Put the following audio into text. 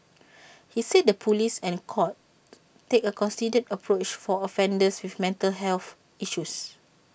he said the Police and courts take A considered approach for offenders with mental health issues